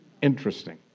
Interesting